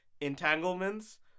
entanglements